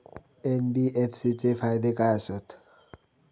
NBFC चे फायदे खाय आसत?